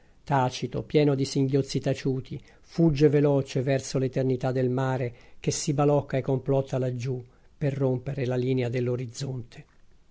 tacito pieno di singhiozzi taciuti fugge veloce verso l'eternità del mare che si balocca e complotta laggiù per rompere la linea